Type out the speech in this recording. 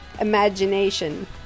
imagination